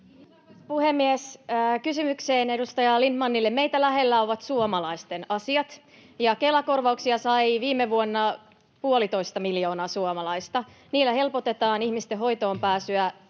Kiitos, arvoisa puhemies! Edustaja Lindtmanin kysymykseen: Meitä lähellä ovat suomalaisten asiat, ja Kela-korvauksia sai viime vuonna puolitoista miljoonaa suomalaista. Niillä helpotetaan ihmisten hoitoonpääsyä